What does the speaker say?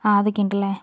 ആ അതൊക്കെയുണ്ടല്ലേ